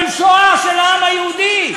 של שואה של העם היהודי.